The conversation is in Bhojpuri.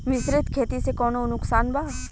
मिश्रित खेती से कौनो नुकसान बा?